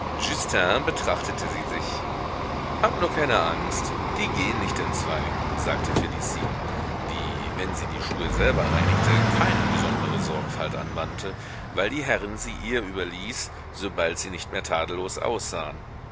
betrachtete sie sich hab nur keine angst die gehen nicht entzwei sagte felicie die wenn sie die schuhe selber reinigte keine besondere sorgfalt anwandte weil die herrin sie ihr überließ sobald sie nicht mehr tadellos aussahen